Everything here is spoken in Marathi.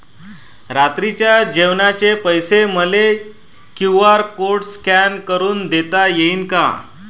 रात्रीच्या जेवणाचे पैसे मले क्यू.आर कोड स्कॅन करून देता येईन का?